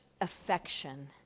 affection